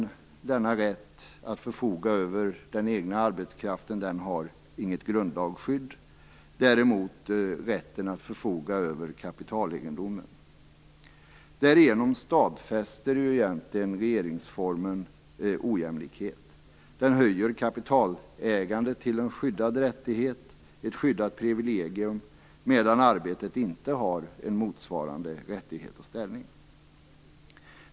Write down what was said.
Denna rätt att förfoga över den egna arbetskraften har inget grundlagsskydd, men det har däremot rätten att förfoga över kapitalegendomen. Därigenom stadfäster egentligen regeringsformen ojämlikhet. Den höjer kapitalägandet till en skyddad rättighet, ett skyddat privilegium, medan arbetet inte har en motsvarande rättighet och ställning.